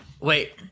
wait